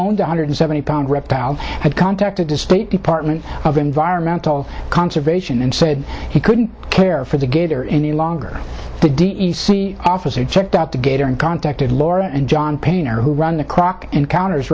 one hundred seventy pound reptile had contacted the state department of environmental conservation and said he couldn't care for the gator any longer the d t c officer checked out the gator and contacted laura and john painter who run the clock encounters